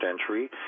entry